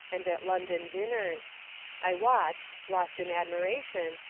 and at london dinners i watched, lost in admiration,